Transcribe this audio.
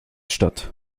statt